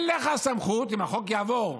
אם החוק יעבור,